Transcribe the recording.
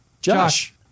Josh